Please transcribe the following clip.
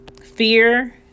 fear